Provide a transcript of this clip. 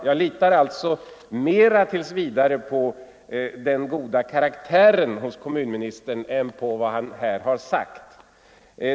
Jag litar alltså tills vidare mera på den goda karaktären hos kommun ministern än på vad han här har sagt.